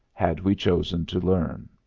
had we chosen to learn.